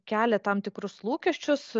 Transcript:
kelia tam tikrus lūkesčius